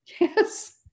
Yes